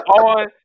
on